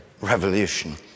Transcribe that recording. revolution